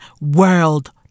world